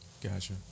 Gotcha